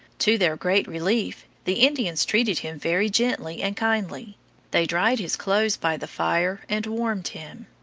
to their great relief, the indians treated him very gently and kindly they dried his clothes by the fire and warmed him.